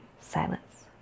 silence